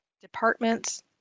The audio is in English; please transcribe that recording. departments